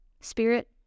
Spirit